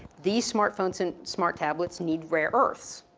these smartphones and smart tablets need rare earths.